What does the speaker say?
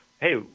hey